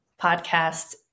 podcast